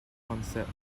concept